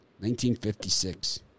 1956